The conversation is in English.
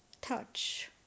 touch